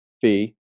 fee